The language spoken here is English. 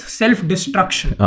self-destruction